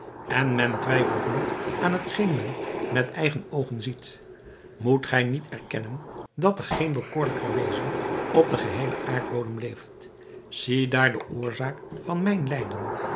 en men twijfelt niet aan hetgeen men met eigen oogen ziet moet gij niet erkennen dat er geen bekoorlijker wezen op den geheelen aardbodem leeft zie daar de oorzaak van mijn lijden